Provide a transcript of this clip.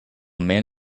man